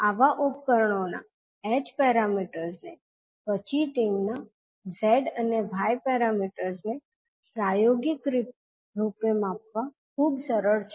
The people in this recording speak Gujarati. હવે આવા ઉપકરણોના h પેરામીટર્સને પછી તેમના z અને y પેરામીટર્સને પ્રાયોગિક રૂપે માપવા ખૂબ સરળ છે